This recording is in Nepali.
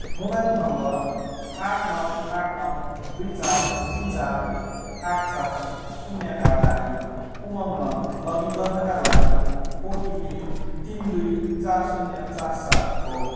मोबाइल नम्बर आठ नौ आठ नौ दुई चार तिन चार आठ चार शून्य का लागि उमङ्गमा लगइन गर्नका लागि ओटिपी तिन दुई चार शून्य चार सात हो